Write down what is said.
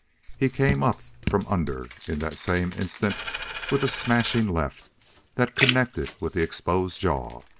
he came up from under in that same instant with a smashing left that connected with the exposed jaw.